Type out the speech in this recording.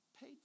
paid